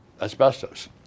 Asbestos